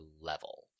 level